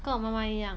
跟我妈妈一样